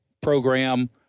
program